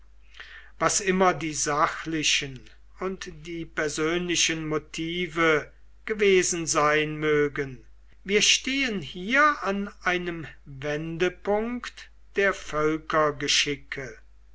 was immer die sachlichen und die persönlichen motive gewesen sein mögen wir stehen hier an einem wendepunkt der